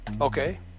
Okay